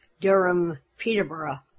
Durham-Peterborough